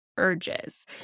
urges